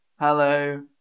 Hello